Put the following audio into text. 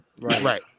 right